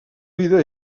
vida